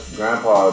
grandpa